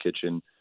kitchen